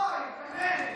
אוי, באמת.